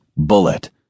Bullet